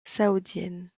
saoudienne